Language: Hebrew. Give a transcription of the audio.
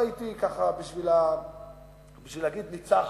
בשביל להגיד שניצחנו,